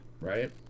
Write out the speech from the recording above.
right